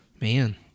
Man